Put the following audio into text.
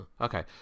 Okay